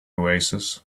oasis